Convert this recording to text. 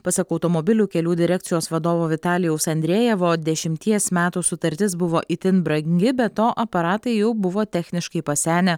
pasak automobilių kelių direkcijos vadovo vitalijaus andrejevo dešimties metų sutartis buvo itin brangi be to aparatai jau buvo techniškai pasenę